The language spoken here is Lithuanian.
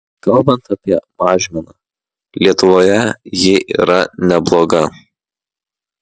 kalbant apie mažmeną lietuvoje ji yra nebloga